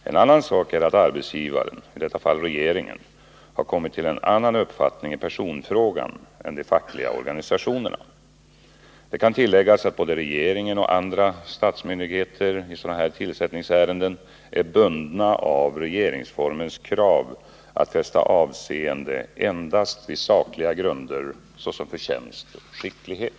En annan sak är att arbetsgivaren — i detta fall regeringen — har kommit till en annan uppfattning i personfrågan än de fackliga organisationerna. Det kan tilläggas att både regeringen och andra statsmyndigheter i sådana här tillsättningsärenden är bundna av regeringsformens krav att fästa avseende endast vid sakliga grunder, såsom förtjänst och skicklighet.